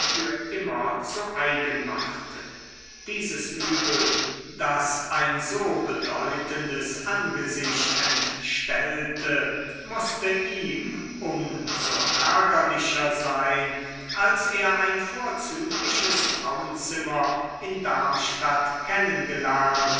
für immer zu eigen machte dieses übel das ein so bedeutendes angesicht entstellte mußte ihm um so ärgerlicher sein als er ein vorzügliches frauenzimmer in darmstadt